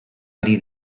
ari